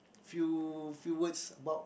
few few words about